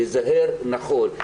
להיזהר נכון,